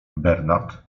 bernard